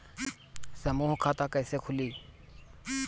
समूह खाता कैसे खुली?